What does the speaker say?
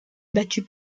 battue